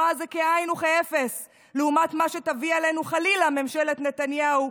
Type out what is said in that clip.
זה כאין וכאפס לעומת מה שתביא עלינו חלילה ממשלת נתניהו,